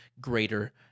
greater